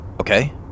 Okay